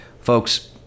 Folks